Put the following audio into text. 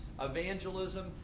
evangelism